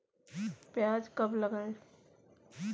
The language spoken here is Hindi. प्याज कब लगाएँ?